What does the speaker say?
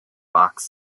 box